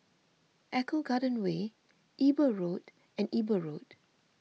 Eco Garden Way Eber Road and Eber Road